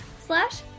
slash